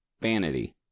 vanity